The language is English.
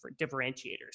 differentiators